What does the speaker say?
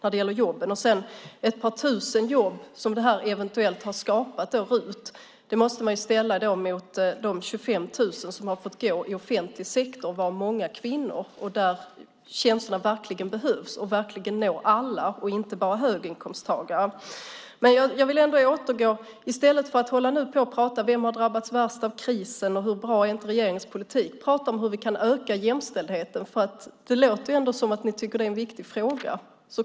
RUT har eventuellt skapat ett par tusen jobb. Det kan man ställa mot de 25 000 jobben i offentlig sektor där många är kvinnor. Det är jobb som verkligen behövs och som når alla och inte bara höginkomsttagare. I stället för att nu hålla på och tala om vem som har drabbats värst av krisen och hur bra regeringens politik är borde vi tala om hur vi kan öka jämställdheten. Det låter ändå som att ni tycker att det är en viktig fråga.